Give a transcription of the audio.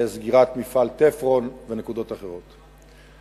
סגירת מפעל "תפרון" ונקודות אחרות.